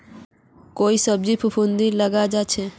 कई सब्जित फफूंदी लगे जा छे